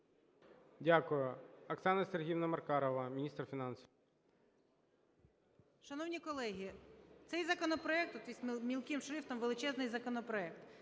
Дякую. Оксана Сергіївна Маркарова – міністр фінансів.